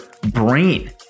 brain